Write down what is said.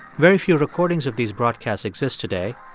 very few recordings of these broadcasts exist today.